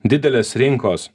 didelės rinkos